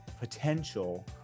potential